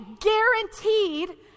guaranteed